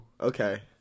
Okay